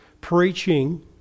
preaching